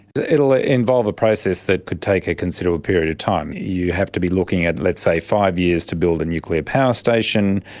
it will ah involve a process that could take a considerable period of time. you have to be looking at, let's say, five years to build a nuclear power station.